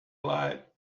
lot